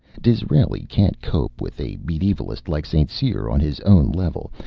disraeli can't cope with a medievalist like st. cyr on his own level,